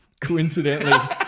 coincidentally